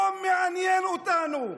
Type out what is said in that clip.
זה לא מעניין אותנו.